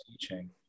teaching